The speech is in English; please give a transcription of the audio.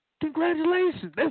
congratulations